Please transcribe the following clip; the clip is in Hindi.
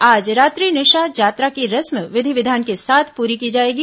आज रात्रि निशा जात्रा की रस्म विधि विधान के साथ पूरी की जाएगी